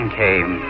came